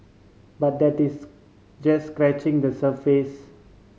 but that is just scratching the surface